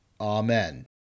Amen